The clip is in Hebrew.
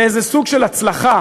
באיזה סוג של הצלחה,